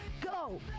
Go